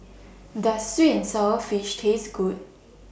Does Sweet and Sour Fish Taste Good